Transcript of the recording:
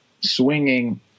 swinging